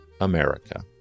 America